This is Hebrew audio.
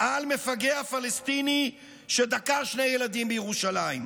על מפגע פלסטיני שדקר שני ילדים בירושלים.